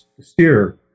steer